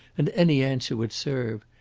and any answer would serve.